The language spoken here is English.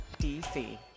DC